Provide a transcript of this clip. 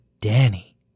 Danny